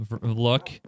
look